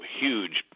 huge